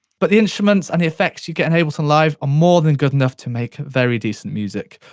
but the instruments and the effects you get in ableton live are more than good enough to make very decent music.